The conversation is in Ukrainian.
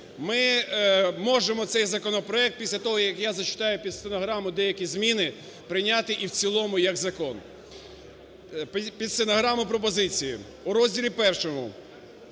ми можемо цей законопроект, після того як зачитаю під стенограму деякі зміни, прийняти і в цілому як закон. Під стенограму пропозиції. У розділі І